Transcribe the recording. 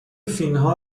فینها